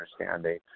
understanding